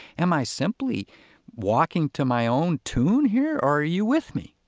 am i simply walking to my own tune here or are you with me?